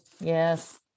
Yes